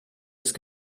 ist